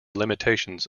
limitations